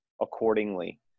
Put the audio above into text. accordingly